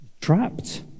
trapped